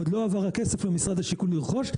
עוד לא עבר הכסף למשרד השיכון לרכוש.